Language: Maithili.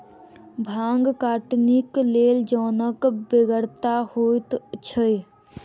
भांग कटनीक लेल जनक बेगरता होइते छै